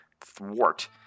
thwart